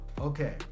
Okay